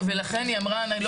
ולכן היא אמרה שהיא לא